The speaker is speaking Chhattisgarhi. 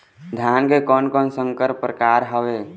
धान के कोन कोन संकर परकार हावे?